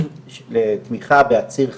לתמיכה בעציר חמאס,